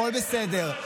הכול בסדר.